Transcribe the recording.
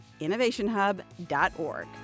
innovationhub.org